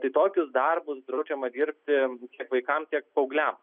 tai tokius darbus draudžiama dirbti tiek vaikam tiek paaugliam